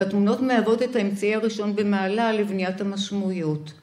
‫בתמונות מהוות את האמצעי הראשון ‫במעלה לבניית המשמעויות.